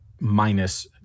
minus